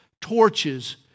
torches